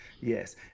Yes